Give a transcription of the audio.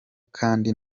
kandi